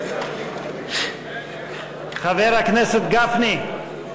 חבר הכנסת גפני.